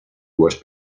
dues